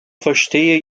verstehe